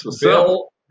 Bill